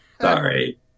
sorry